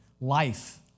life